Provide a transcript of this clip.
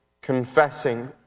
confessing